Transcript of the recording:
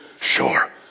Sure